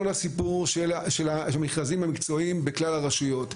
הסיפור של המכרזים המקצועיים בכלל הרשויות.